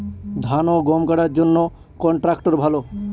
ধান ও গম কাটার জন্য কোন ট্র্যাক্টর ভালো?